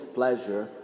pleasure